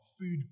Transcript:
food